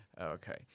okay